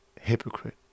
hypocrite